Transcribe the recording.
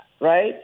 right